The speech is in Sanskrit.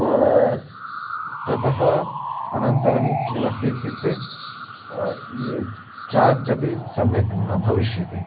वा ततः अनन्तरं किमस्ति इत्युक्ते चार्ज् अपि सम्यक् न भविष्यति